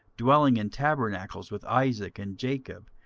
dwelling in tabernacles with isaac and jacob,